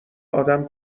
آدم